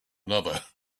another